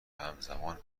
همزمان